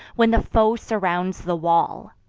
when the foe surrounds the wall.